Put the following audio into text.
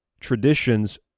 traditions